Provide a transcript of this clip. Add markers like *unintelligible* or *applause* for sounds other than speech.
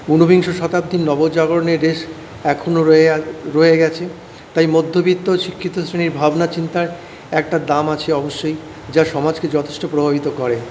ঊনবিংশ শতাব্দীর নবজাগরণের রেশ এখনও রয়ে *unintelligible* রয়ে গেছে তাই মধ্যবিত্ত শিক্ষিত শ্রেণীর ভাবনা চিন্তার একটা দাম আছে অবশ্যই যা সমাজকে যথেষ্ট প্রভাবিত করে